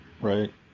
right